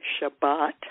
Shabbat